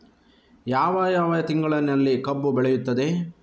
ಯಾವ ಯಾವ ತಿಂಗಳಿನಲ್ಲಿ ಕಬ್ಬು ಬೆಳೆಯುತ್ತದೆ?